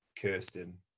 Kirsten